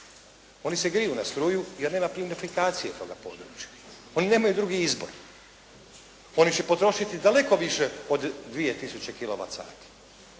Oni se griju na struju, jer nema plinofikacije toga područja. Oni nemaju drugi izbor. Oni će potrošiti daleko više od 2